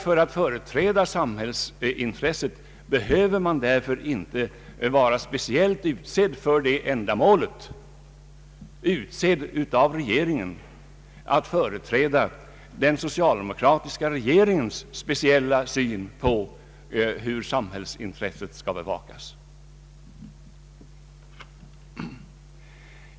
För att företräda samhällsintressena behöver man inte vara speciellt ut sedd för ändamålet — utsedd av regeringen att företräda den socialdemokratiska regeringens speciella syn på hur samhällsintressena skall bevakas.